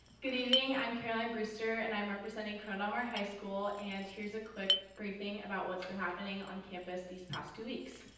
good evening. i'm caroline brewster and i'm representing corona del mar high school and here's a quick briefing about what's been happening on campus these past two weeks.